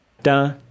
Da